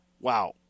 wow